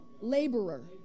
laborer